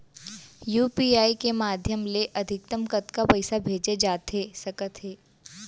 UPI के माधयम ले अधिकतम कतका पइसा भेजे जाथे सकत हे?